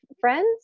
friends